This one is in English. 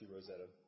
Rosetta